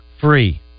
free